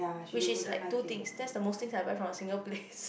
which is like two things that's the most things I buy from a single place